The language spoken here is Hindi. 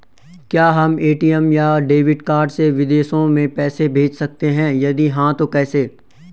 क्या हम ए.टी.एम या डेबिट कार्ड से विदेशों में पैसे भेज सकते हैं यदि हाँ तो कैसे?